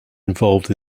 involved